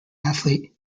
athlete